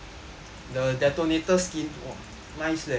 the detonator scheme !wah! nice leh not bad leh